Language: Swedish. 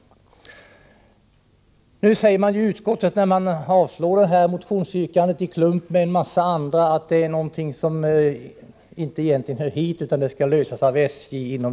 Nu säger utskottet, när motionsyrkandet avstyrks i klump med en mängd andra yrkanden, att problemet egentligen inte hör hit utan att det skall lösas av SJ.